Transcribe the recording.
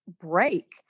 break